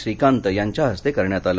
श्रीकांत यांच्या हस्ते करण्यात आले